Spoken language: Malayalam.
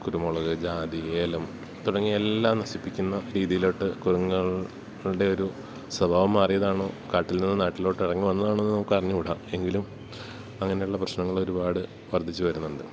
കുരുമുളക് ജാതി ഏലം തുടങ്ങിയ എല്ലാം നശിപ്പിക്കുന്ന രീതിയിലോട്ട് കുരുങ്ങുകളുടെ ഒരു സ്വഭാവം മാറിയതാണോ കാട്ടിൽ നിന്ന് നാട്ടിലോട്ട് ഇറങ്ങി വന്നതാണോ എന്ന് നമുക്ക് അറിഞ്ഞുടാ എങ്കിലും അങ്ങനെയുള്ള പ്രശ്നങ്ങൾ ഒരുപാട് വർദ്ധിച്ച് വരുന്നുണ്ട്